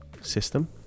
system